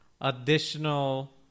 additional